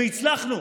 והצלחנו.